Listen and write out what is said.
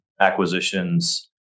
acquisitions